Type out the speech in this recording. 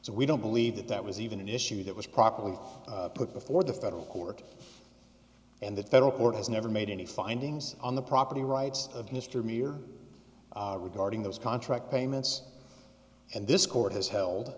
so we don't believe that that was even an issue that was properly put before the federal court and the federal court has never made any findings on the property rights of mr meir regarding those contract payments and this court has held